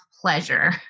pleasure